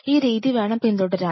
ഈ രീതി വേണം പിന്തുടരാൻ